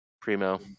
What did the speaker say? Primo